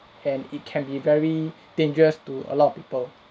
and it can be very dangerous to a lot of people